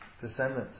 descendants